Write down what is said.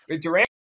Durant